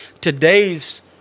today's